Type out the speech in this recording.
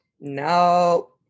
No